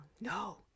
No